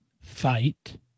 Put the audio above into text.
fight